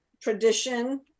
tradition